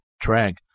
track